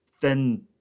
Then